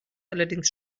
allerdings